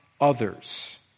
others